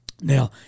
Now